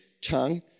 tongue